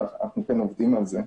אבל אנחנו כן עובדים על זה.